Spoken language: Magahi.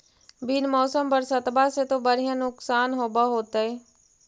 बिन मौसम बरसतबा से तो बढ़िया नुक्सान होब होतै?